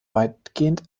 weitgehend